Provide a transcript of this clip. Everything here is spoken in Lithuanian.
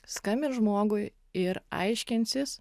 skambint ir žmogui ir aiškinsis